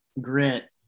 grit